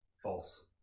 false